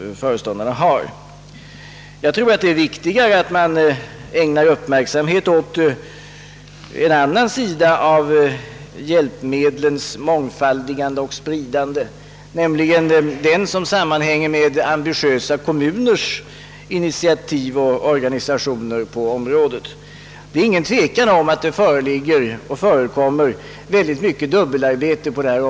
Jag tror det är viktigt att man ägnar uppmärksamhet åt en annan sida av mångfaldigandet och spridandet av hjälpmedlen, nämligen den som sammanhänger med ambitiösa kommuners initiativ på området. Det är inget tvivel om att här förekommer mycket dubbelarbete.